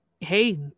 hey